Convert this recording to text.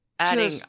Adding